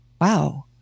Wow